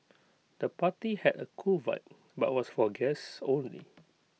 the party had A cool vibe but was for guests only